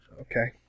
Okay